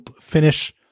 finish